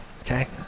okay